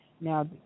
Now